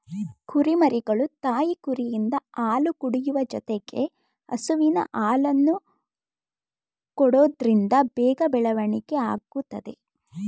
ಕುರಿಮರಿಗಳು ತಾಯಿ ಕುರಿಯಿಂದ ಹಾಲು ಕುಡಿಯುವ ಜೊತೆಗೆ ಹಸುವಿನ ಹಾಲನ್ನು ಕೊಡೋದ್ರಿಂದ ಬೇಗ ಬೆಳವಣಿಗೆ ಆಗುತ್ತದೆ